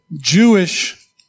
Jewish